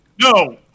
no